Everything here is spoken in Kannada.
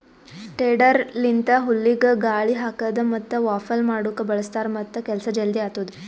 ಟೆಡರ್ ಲಿಂತ ಹುಲ್ಲಿಗ ಗಾಳಿ ಹಾಕದ್ ಮತ್ತ ವಾಫಲ್ ಮಾಡುಕ್ ಬಳ್ಸತಾರ್ ಮತ್ತ ಕೆಲಸ ಜಲ್ದಿ ಆತ್ತುದ್